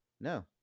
no